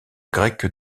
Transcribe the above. grec